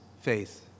faith